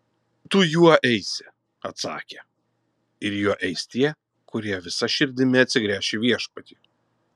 tu juo eisi atsakė ir juo eis tie kurie visa širdimi atsigręš į viešpatį